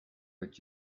what